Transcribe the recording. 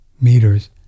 meters